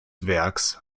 werks